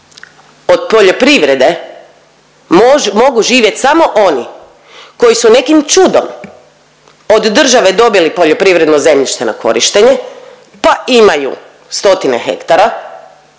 od poljoprivrede mogu živjet samo oni koji su samo nekim čudom od države dobili poljoprivredno zemljište na korištenje pa imaju stotine hektara,